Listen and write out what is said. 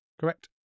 Correct